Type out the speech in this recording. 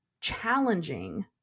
challenging